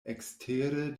ekstere